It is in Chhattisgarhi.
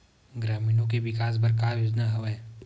ग्रामीणों के विकास बर का योजना हवय?